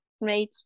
made